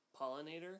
pollinator